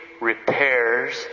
repairs